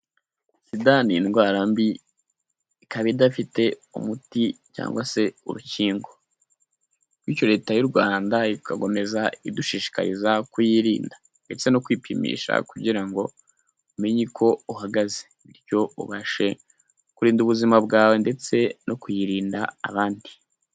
Sida indwara mbi ikaba idafite umuti cyangwa se urukingo. Bityo leta y'u Rwanda igakomeza idushishikariza kuyirinda ndetse no kwipimisha kugira ngo umenye uko uhagaze, bityo ubashe kurinda ubuzima bwawe ndetse no kuyirinda abandi.